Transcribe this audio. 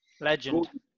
Legend